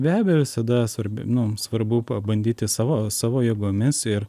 be abejo visada svarbi nu svarbu pabandyti savo savo jėgomis ir